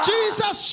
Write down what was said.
Jesus